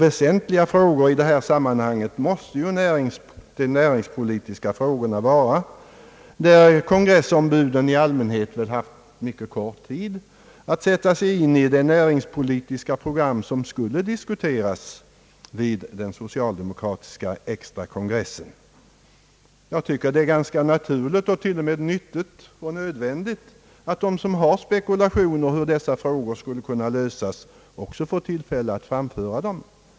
Väsentliga frågor i det här sammanhanget måste ju vara de näringspolitiska frågorna, och kongressombuden hade i allmänhet haft kort tid på sig att sätta sig in i det näringspolitiska program som skulle debatteras vid den socialdemokratiska extrakongressen. Jag tycker därför att det är ganska naturligt och till och med nyttigt och nödvändigt att de som har spekulationer om hur dessa frågor bör lösas också får tillfälle att framföra dem.